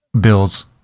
Bills